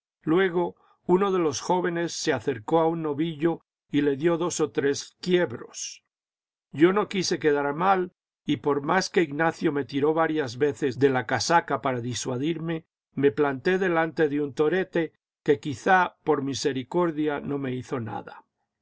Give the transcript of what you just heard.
luego uno de los jóvenes se acercó a un novillo y le dio dos o tres quiebros yo no quise quedar mal y por más que ignacio me tiró varias veces de la casaca para disuadirme me planté delante de un torete que quizá por misericordia no me hizo nada